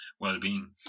well-being